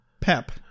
Pep